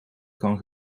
kan